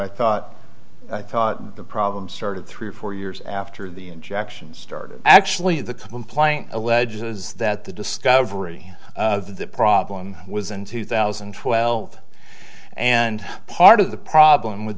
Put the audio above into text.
i thought i thought the problem started three or four years after the injections started actually the complaint alleges that the discovery of the problem was in two thousand and twelve and part of the problem with